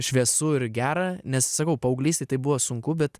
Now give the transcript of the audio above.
šviesu ir gera nes sakau paauglystėj tai buvo sunku bet